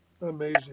Amazing